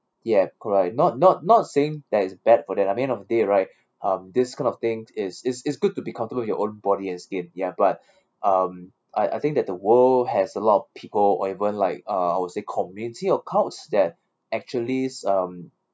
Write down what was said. ya correct not not not saying that is bad for that I mean end of day right um this kind of thing is is is good to be comfortable with your own body and skin ya but um I I think that the world has allowed people or even like uh I would say committee of cults that actually um